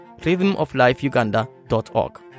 rhythmoflifeuganda.org